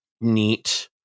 neat